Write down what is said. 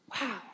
wow